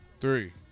Three